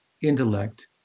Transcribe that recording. intellect